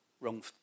wrong